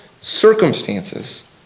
circumstances